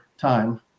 time